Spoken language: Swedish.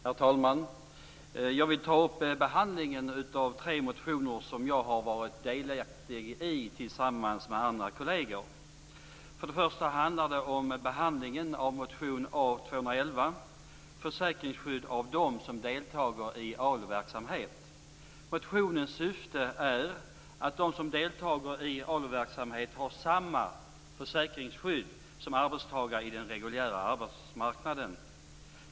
Herr talman! Jag vill ta upp behandlingen av tre motioner som jag har varit delaktig i tillsammans med andra kolleger. Först handlar det om behandlingen av motion verksamhet. Motionens syfte är att de som deltar i ALU-verksamhet skall ha samma försäkringsskydd som arbetstagare på den reguljära arbetsmarknaden.